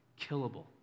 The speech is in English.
killable